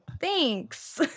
thanks